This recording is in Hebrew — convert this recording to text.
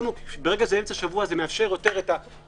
ברגע שזה אמצע השבוע זה מייתר את הבעיה.